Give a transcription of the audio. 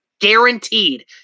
Guaranteed